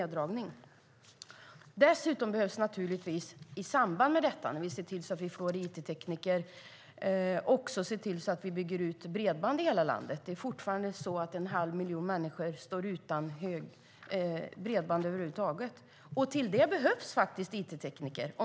Dessutom behöver vi naturligtvis, i samband med att vi ser till att vi får it-tekniker, bygga ut bredband i hela landet. Fortfarande står en halv miljon människor utan bredband över huvud taget. Om det ska kunna byggas ut behövs faktiskt it-tekniker.